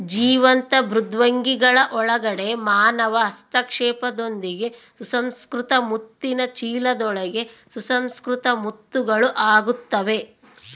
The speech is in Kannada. ಜೀವಂತ ಮೃದ್ವಂಗಿಗಳ ಒಳಗಡೆ ಮಾನವ ಹಸ್ತಕ್ಷೇಪದೊಂದಿಗೆ ಸುಸಂಸ್ಕೃತ ಮುತ್ತಿನ ಚೀಲದೊಳಗೆ ಸುಸಂಸ್ಕೃತ ಮುತ್ತುಗಳು ಆಗುತ್ತವೆ